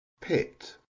Pit